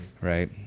Right